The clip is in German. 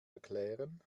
erklären